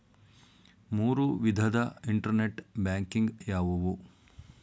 ಮೂರು ವಿಧದ internet banking ಯಾವುವು?